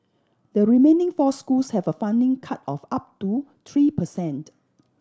the remaining four schools have a funding cut of up to three per cent